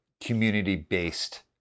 community-based